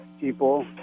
people